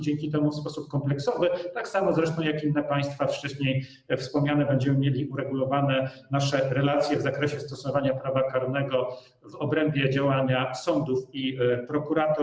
Dzięki temu w sposób kompleksowy, tak samo zresztą jak inne państwa wcześniej wspomniane, będziemy mieli uregulowane nasze relacje w zakresie stosowania prawa karnego w obrębie działania sądów i prokuratur.